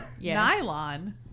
Nylon